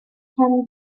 can